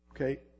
Okay